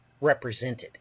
represented